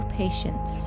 patience